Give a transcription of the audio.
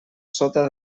sota